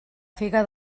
figa